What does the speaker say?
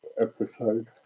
episode